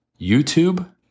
YouTube